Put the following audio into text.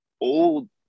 old